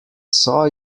saw